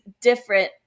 different